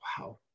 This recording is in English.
Wow